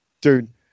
Dude